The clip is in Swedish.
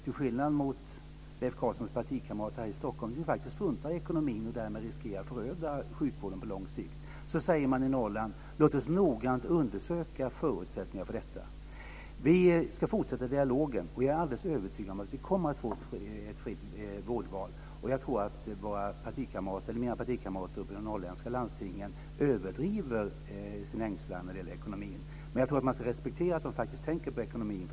Till skillnad mot Leif Carlsons partikamrater här i Stockholm, som ju faktiskt struntar i ekonomin och därmed riskerar att föröda sjukvården på lång sikt, säger man i Norrland: Låt oss noggrant undersöka förutsättningarna för detta. Vi ska fortsätta dialogen, och jag är alldeles övertygad om att vi kommer att få ett fritt vårdval. Jag tror att mina partikamrater uppe i de norrländska landstingen överdriver sin ängslan när det gäller ekonomin. Men man ska respektera att de faktiskt tänker på ekonomin.